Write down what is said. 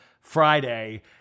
Friday